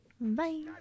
Bye